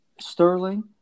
Sterling